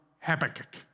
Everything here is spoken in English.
Habakkuk